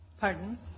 Pardon